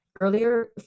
earlier